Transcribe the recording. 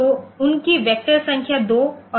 तो उनकी वेक्टर संख्या 2 और 3 हैं